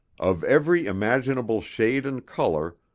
of every imaginable shade and color,